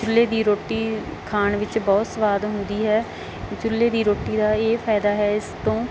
ਚੁੱਲ੍ਹੇ ਦੀ ਰੋਟੀ ਖਾਣ ਵਿੱਚ ਬਹੁਤ ਸਵਾਦ ਹੁੰਦੀ ਹੈ ਚੁੱਲ੍ਹੇ ਦੀ ਰੋਟੀ ਦਾ ਇਹ ਫਾਇਦਾ ਹੈ ਇਸ ਤੋਂ